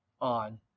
on